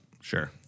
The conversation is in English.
Sure